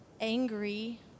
angry